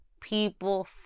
people